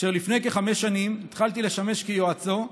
אשר לפני כחמש שנים התחלתי לשמש כיועצו,